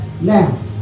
Now